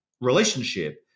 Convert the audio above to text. relationship